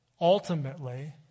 ultimately